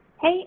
Hey